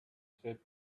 said